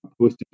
post